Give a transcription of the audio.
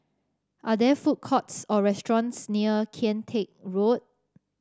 are there food courts or restaurants near Kian Teck Road